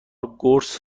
قرص